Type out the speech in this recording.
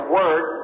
Word